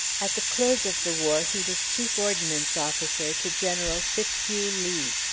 at the close of the war he was chief ordnance officer to general fitzhugh lee.